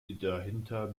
dahinter